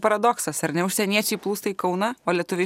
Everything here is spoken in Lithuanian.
paradoksas ar ne užsieniečiai plūsta į kauną o lietuviai